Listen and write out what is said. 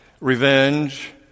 revenge